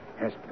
Yes